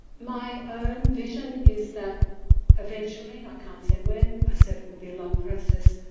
my own vision is that eventually, i can't say when, i said it will be a long process,